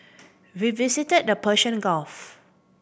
we visited the Persian Gulf